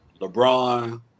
LeBron